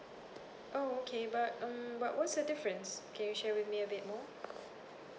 oh okay but um but what's the difference can you share with me a bit more